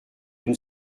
une